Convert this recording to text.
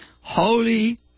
holy